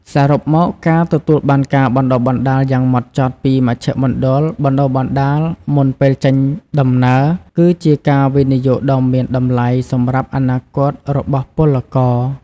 សរុបមក ការទទួលបានការបណ្តុះបណ្តាលយ៉ាងហ្មត់ចត់ពីមជ្ឈមណ្ឌលបណ្តុះបណ្តាលមុនពេលចេញដំណើរ គឺជាការវិនិយោគដ៏មានតម្លៃសម្រាប់អនាគតរបស់ពលករ។